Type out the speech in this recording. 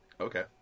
Okay